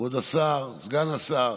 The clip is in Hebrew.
כבוד השר, סגן השר,